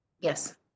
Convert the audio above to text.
Yes